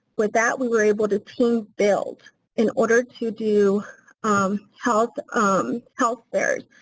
with that, we were able to team build in order to do um health um health fairs.